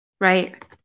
Right